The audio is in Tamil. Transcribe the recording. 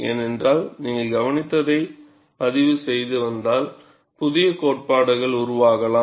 ஏனென்றால் நீங்கள் கவனித்ததை பதிவு செய்து வந்தால் புதிய கோட்பாடுகள் உருவாகலாம்